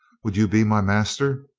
would you be my master?